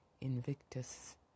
Invictus